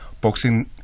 boxing